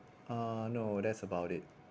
uh no that's about it